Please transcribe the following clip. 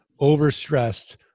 overstressed